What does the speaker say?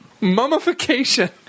Mummification